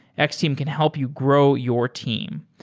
x-team can help you grow your team.